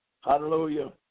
Hallelujah